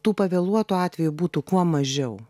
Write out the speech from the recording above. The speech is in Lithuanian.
tų pavėluotų atvejų būtų kuo mažiau